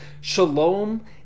shalom